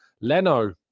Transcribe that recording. leno